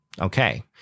Okay